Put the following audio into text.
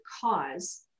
cause